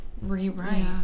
rewrite